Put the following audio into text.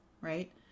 Right